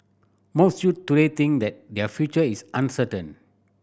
most youths today think that their future is uncertain